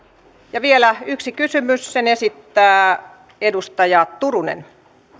ja vielä yksi kysymys sen esittää edustaja turunen